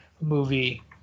movie